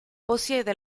possiede